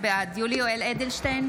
בעד יולי יואל אדלשטיין,